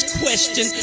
question